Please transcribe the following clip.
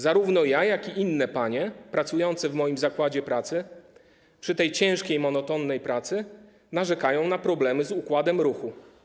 Zarówno ja, jak i inne panie pracujące w moim zakładzie pracy przy tej ciężkiej, monotonnej pracy narzekamy na problemy z układem ruchu.